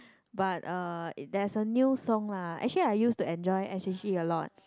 but uh there's a new song lah actually I used to enjoy s_h_e a lot